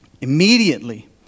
Immediately